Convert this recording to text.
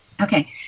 okay